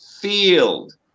field